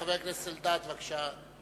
חבר הכנסת אלדד, בבקשה.